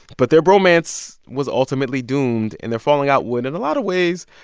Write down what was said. but their bromance was ultimately doomed. and their falling-out would, in a lot of ways,